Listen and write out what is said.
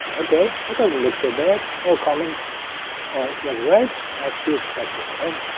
okay, that doesn't look so bad. our comment was read as we expected, right?